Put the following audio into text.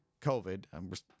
COVID